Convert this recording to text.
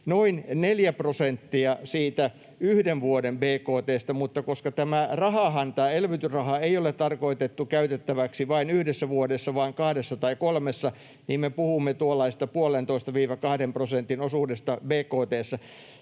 prosenttia siitä yhden vuoden bkt:stä, mutta koska tämä elvytysrahahan ei ole tarkoitettu käytettäväksi vain yhdessä vuodessa vaan kahdessa tai kolmessa, niin me puhumme tuollaisesta 1,5—2 prosentin